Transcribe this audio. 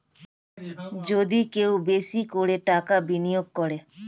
যদি কেউ বেশি করে টাকা বিনিয়োগ করে